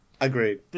Agreed